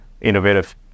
innovative